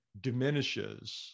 diminishes